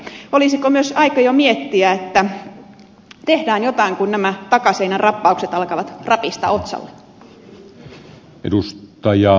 olisiko myös aika jo miettiä että tehdään jotain kun nämä takaseinän rappaukset alkavat rapista otsalle